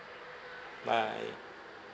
bye